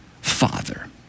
father